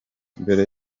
mbere